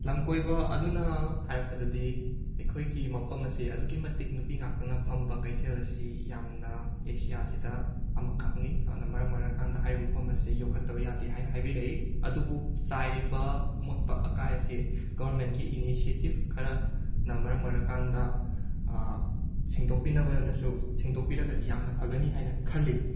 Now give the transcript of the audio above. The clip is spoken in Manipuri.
ꯂꯝꯀꯣꯏꯕ ꯑꯗꯨꯅ ꯍꯥꯏꯔꯛꯄꯗꯗꯤ ꯑꯩꯈꯣꯏꯒꯤ ꯃꯐꯝ ꯑꯁꯤ ꯑꯗꯨꯛꯀꯤ ꯃꯇꯤꯛ ꯅꯨꯄꯤ ꯉꯥꯛꯇꯅ ꯐꯝꯕ ꯀꯩꯊꯦꯜ ꯑꯁꯤ ꯌꯥꯝꯅ ꯑꯦꯁꯤꯌꯥ ꯑꯁꯤꯗ ꯑꯃꯈꯛꯅꯤ ꯑꯗꯨꯅ ꯃꯔꯝ ꯑꯣꯏꯔꯀꯥꯟꯗ ꯍꯥꯏꯔꯤꯕ ꯃꯐꯝ ꯑꯁꯤ ꯌꯣꯛꯈꯠꯇꯕ ꯌꯥꯗꯦ ꯍꯥꯏꯅ ꯍꯥꯏꯕꯤꯔꯛꯏ ꯑꯗꯨꯕꯨ ꯆꯥꯏꯔꯤꯕ ꯑꯃꯣꯠ ꯑꯀꯥꯏ ꯑꯁꯤ ꯒꯣꯔꯃꯦꯟꯠꯀꯤ ꯏꯅꯤꯁ꯭ꯌꯦꯇꯤꯐ ꯈꯔꯅ ꯃꯔꯝ ꯑꯣꯏꯔꯀꯥꯟꯗ ꯁꯦꯡꯗꯣꯛꯄꯤꯅꯕꯅꯁꯨ ꯁꯦꯡꯗꯣꯛꯄꯤꯔꯒꯗꯤ ꯌꯥꯝꯅ ꯐꯒꯅꯤ ꯍꯥꯏꯅ ꯈꯜꯂꯤ